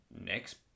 next